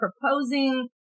proposing